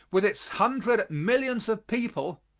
with its hundred millions of people,